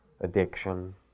addiction